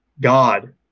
God